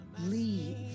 leave